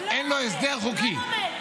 אין לו הסדר חוקי.